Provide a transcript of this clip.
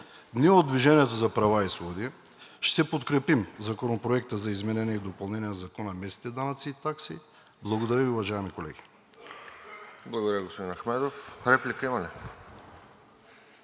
Ние от „Движение за права и свободи“ ще подкрепим Законопроекта за изменение и допълнение на Закона за местните данъци и такси. Благодаря Ви, уважаеми колеги.